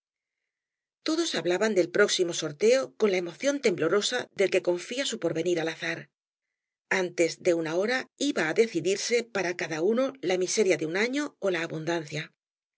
todos hablaban del próximo sorteo con la emoción temblorosa del que confía su porvenir al azar antes de una hora iba á decidirse para cada uno la miseria de un año ó la abundancia